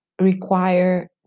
require